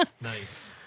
Nice